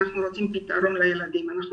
אנחנו רוצים פתרון לילדים האלה,